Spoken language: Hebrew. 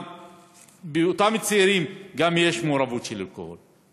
ואצל אותם צעירים יש גם מעורבות של אלכוהול.